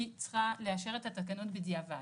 היא צריכה לאשר את התקנות בדיעבד.